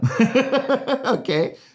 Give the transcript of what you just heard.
okay